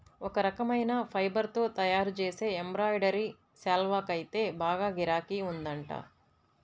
ఒక రకమైన ఫైబర్ తో తయ్యారుజేసే ఎంబ్రాయిడరీ శాల్వాకైతే బాగా గిరాకీ ఉందంట